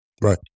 Right